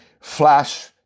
Flash